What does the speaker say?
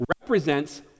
represents